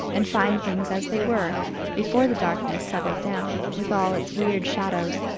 and find things as they were before the darkness settled down, with all its weird shadows,